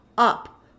up